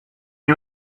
you